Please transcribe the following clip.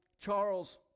Charles